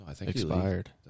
expired